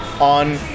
on